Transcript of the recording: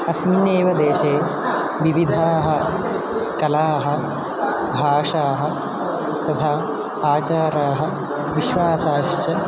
अस्मिन्नेव देशे विविधाः कलाः भाषाः तथा आचाराः विश्वासाश्च